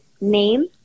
name